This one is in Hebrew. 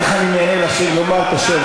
איך אני נהנה לומר את השם,